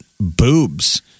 boobs